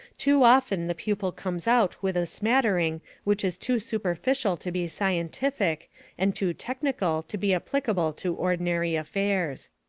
too often the pupil comes out with a smattering which is too superficial to be scientific and too technical to be applicable to ordinary affairs.